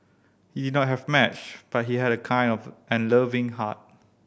he did not have much but he had a kind of and loving heart